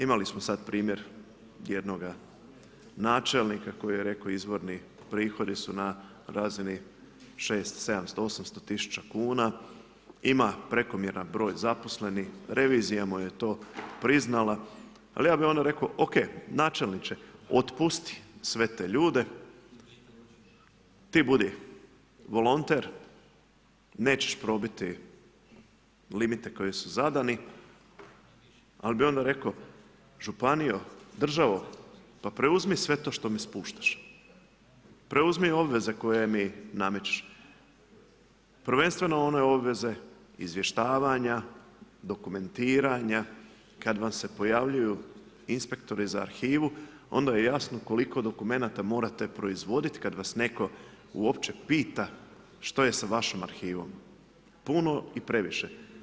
Imali smo sada primjer jednoga načelnika koji je rekao izvorni prihodi su na razini 600, 700, 800 tisuća kuna, ima prekomjeran broj zaposlenih, revizija mu je to priznala ali ja bih onda rekao OK, načelniče, otpusti sve te ljude, ti budi volonter, nećeš probiti limite koji su zadani, ali bi onda rekao, županijo, državo, pa preuzmi sve to što mi spuštaš, preuzmi obveze koje mi namećeš, prvenstveno one obveze izvještavanja, dokumentiranja, kada vam se pojavljuju inspektori za arhivu onda je jasno koliko dokumenata morate proizvoditi kada vas netko uopće pita, što je s vašom arhivom, puno i previše.